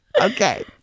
Okay